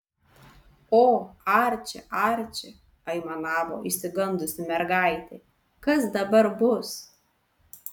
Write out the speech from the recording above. o arči arči aimanavo išsigandusi mergaitė kas dabar bus